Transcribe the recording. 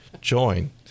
join